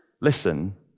Listen